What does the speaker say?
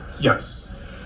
Yes